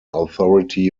authority